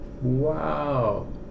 Wow